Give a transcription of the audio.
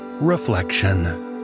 reflection